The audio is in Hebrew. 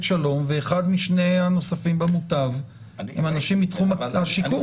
שלום ואחד משני הנוספים במותב הם האנשים מתחום השיקום.